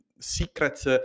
secrets